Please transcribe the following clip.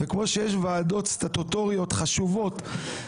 כמו שיש ועדות סטטוטוריות חשובות,